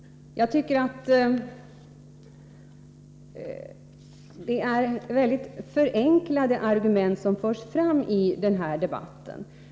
Jag tycker att det är väldigt förenklade argument som förs fram i den här debatten.